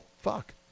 fuck